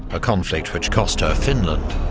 a conflict which cost her finland.